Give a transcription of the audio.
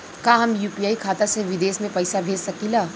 का हम यू.पी.आई खाता से विदेश में पइसा भेज सकिला?